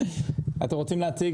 אתם רוצים לדבר